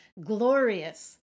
glorious